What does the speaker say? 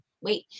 Wait